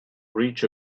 reach